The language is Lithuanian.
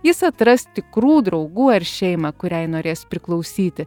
jis atras tikrų draugų ar šeimą kuriai norės priklausyti